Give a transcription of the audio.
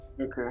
Okay